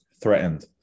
threatened